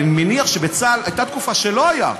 אני מניח שהייתה תקופה שבצה"ל לא היה,